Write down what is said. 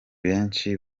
benshi